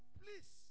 please